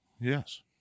Yes